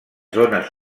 zones